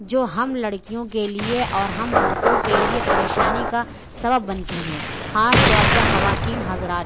جو ہم لڑکیوں کے لیے اور ہم عورتوں کے لیے پریشانی کا سبب بنتی ہیں خاص طور پر خواتین حضرات